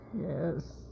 Yes